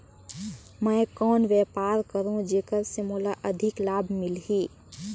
मैं कौन व्यापार करो जेकर से मोला अधिक लाभ मिलही?